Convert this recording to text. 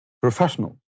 professional